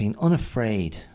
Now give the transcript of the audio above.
unafraid